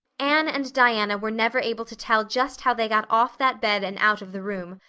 anne and diana were never able to tell just how they got off that bed and out of the room.